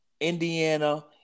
Indiana